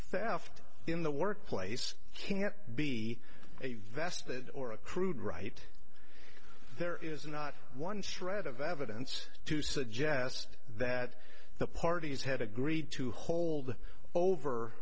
theft in the workplace can't be a vested or accrued right there is not one shred of evidence to suggest that the parties had agreed to hold over